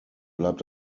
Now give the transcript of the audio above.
bleibt